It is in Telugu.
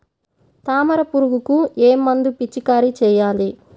తామర పురుగుకు ఏ మందు పిచికారీ చేయాలి?